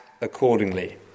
accordingly